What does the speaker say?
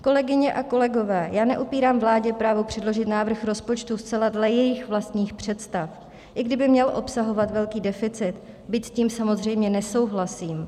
Kolegyně a kolegové, já neupírám vládě právo předložit návrh rozpočtu zcela dle jejích vlastních představ, i kdyby měl obsahovat velký deficit, byť tím samozřejmě nesouhlasím.